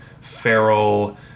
feral